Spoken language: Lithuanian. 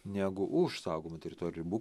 negu už saugomų teritorijų ribų